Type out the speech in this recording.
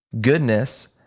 goodness